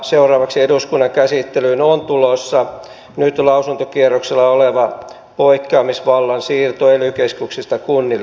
seuraavaksi eduskunnan käsittelyyn on tulossa nyt lausuntokierroksella oleva poikkeamisvallan siirto ely keskuksista kunnille